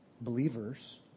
believers